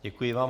Děkuji vám.